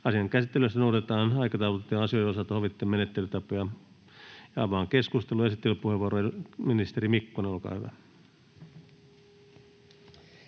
Asian käsittelyssä noudatetaan aikataulutettujen asioiden osalta sovittuja menettelytapoja. — Avaan keskustelun. Esittelypuheenvuoro, ministeri Mikkonen, olkaa hyvä.